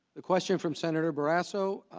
the question from senator but grasso,